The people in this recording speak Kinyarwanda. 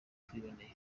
twiboneye